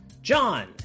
John